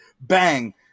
Bang